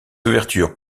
ouvertures